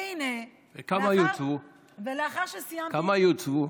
והינה, לאחר שסיימתי, וכמה יוצבו?